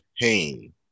pain